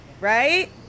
Right